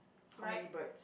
how many birds